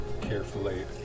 carefully